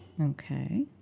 Okay